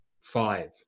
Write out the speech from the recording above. five